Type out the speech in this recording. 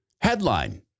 Headline